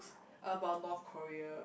about North Korea